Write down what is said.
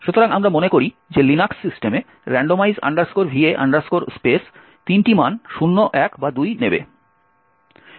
সুতরাং আমরা মনে করি যে লিনাক্স সিস্টেমে randomize va space 3টি মান 0 1 বা 2 নেবে